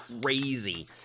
crazy